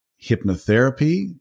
hypnotherapy